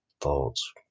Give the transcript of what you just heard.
thoughts